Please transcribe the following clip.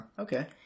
Okay